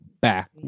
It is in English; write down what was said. back